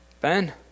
Ben